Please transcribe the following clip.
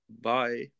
Bye